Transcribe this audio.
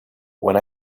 when